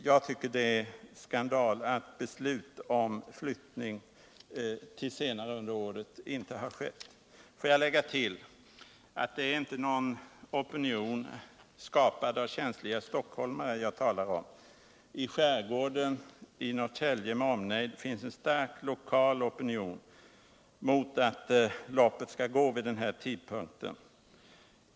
Jag tycker det är skandal att beslut om flyttning till senare tidpunkt under året inte har skett. Får jag lägga till att det inte är fråga om någon opinion skapad av känsliga stockholmare jag talar om. I skärgården i Norrtälje med omnejd finns en stark lokal opinion mot att loppet skall gå vid denna tidpunkt.